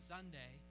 Sunday